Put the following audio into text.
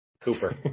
Cooper